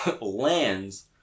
Lands